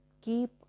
keep